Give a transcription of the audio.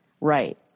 right